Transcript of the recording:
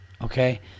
okay